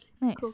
Nice